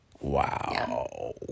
Wow